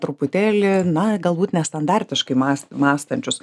truputėlį na galbūt nestandartiškai mąs mąstančius